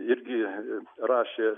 irgi rašė